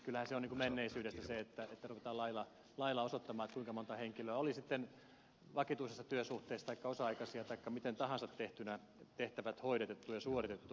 kyllähän se on menneisyydestä se että ruvetaan lailla osoittamaan kuinka monta henkilöä on oli sitten vakituisessa tai osa aikaisessa työsuhteessa taikka miten tahansa tehtynä tehtävät hoidettu ja suoritettu